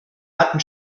hatten